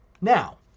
Now